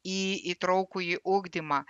į įtraukųjį ugdymą